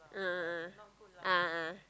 a'ah a'ah a'ah